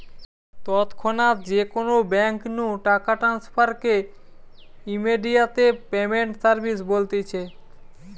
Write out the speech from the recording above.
তৎক্ষণাৎ যে কোনো বেঙ্ক নু টাকা ট্রান্সফার কে ইমেডিয়াতে পেমেন্ট সার্ভিস বলতিছে